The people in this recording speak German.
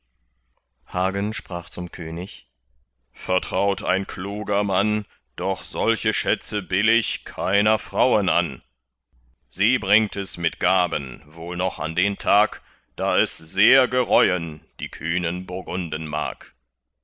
hagen sprach zum könig vertraut ein kluger mann doch solche schätze billig keiner frauen an sie bringt es mit gaben wohl noch an den tag da es sehr gereuen die kühnen burgunden mag